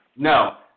No